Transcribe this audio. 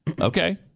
Okay